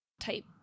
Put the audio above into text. type